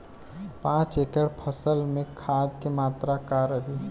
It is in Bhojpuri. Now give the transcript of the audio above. पाँच एकड़ फसल में खाद के मात्रा का रही?